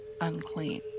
unclean